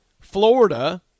Florida